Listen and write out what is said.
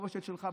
במורשת שלך,